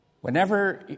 Whenever